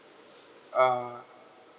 um